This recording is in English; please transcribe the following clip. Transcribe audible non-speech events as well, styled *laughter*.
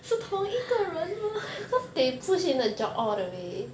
是同一个人吗 *laughs*